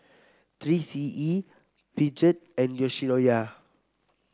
Three C E Peugeot and Yoshinoya